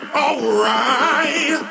alright